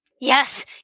Yes